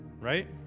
right